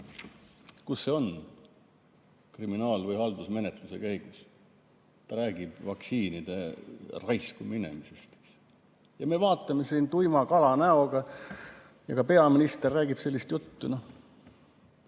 Kus see on – kriminaal- või haldusmenetlus? Ta räägib vaktsiinide raisku minemisest. Me vaatame siin tuima kalanäoga ja peaminister räägib sellist juttu.